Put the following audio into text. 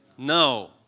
No